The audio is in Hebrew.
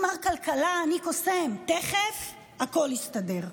אני מר כלכלה, אני קוסם, תכף הכול יסתדר.